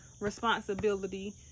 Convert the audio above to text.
responsibility